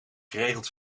geregeld